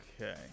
Okay